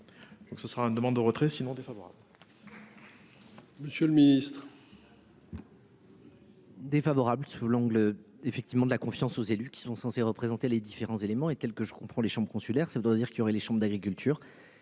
Donc ce sera une demande de retrait sinon défavorable. Monsieur le Ministre. Défavorable sous l'angle effectivement de la confiance aux élus qui sont censés représenter les différents éléments et quelques je comprends les chambres consulaires, ça voudrait dire qu'il y aurait les chambres d'agriculture,